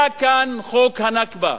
היה כאן חוק הנכבה.